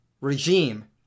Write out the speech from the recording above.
regime